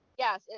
Yes